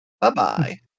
Bye-bye